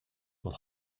with